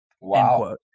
Wow